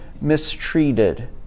mistreated